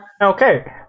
Okay